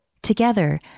Together